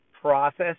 process